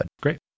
Great